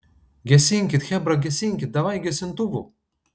gesinkit chebra gesinkit davai gesintuvų